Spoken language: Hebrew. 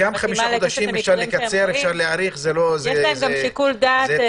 יש להם גם שיקול דעת.